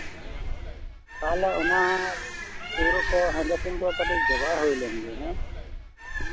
ᱛᱟᱦᱚᱞᱮ ᱚᱱᱟ ᱯᱟᱹᱣᱨᱟᱹᱠᱚ ᱦᱮᱸᱫᱮ ᱥᱤᱢ ᱠᱚ ᱠᱟᱹᱴᱤᱡ ᱡᱚᱜᱟᱲ ᱦᱩᱭ ᱞᱮᱱᱜᱮ ᱦᱮᱸ